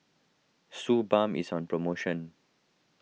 Suu Balm is on promotion